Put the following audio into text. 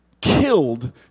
killed